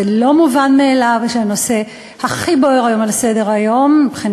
זה לא מובן מאליו שהנושא הכי בוער היום על סדר-היום מבחינה